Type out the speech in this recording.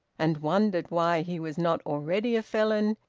and wondered why he was not already a felon,